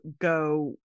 go